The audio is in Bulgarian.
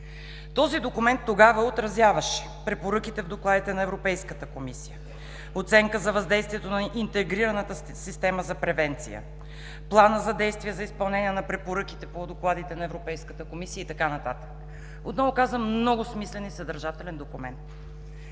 Този документ тогава отразяваше препоръките в докладите на Европейската комисия, оценка за въздействие на интегрираната система за превенция, планът за действие за изпълнение на препоръките по докладите на Европейската комисия и така нататък. Отново казвам: много смислен и съдържателен документ.